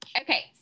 Okay